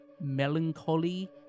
melancholy